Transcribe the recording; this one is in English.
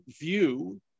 view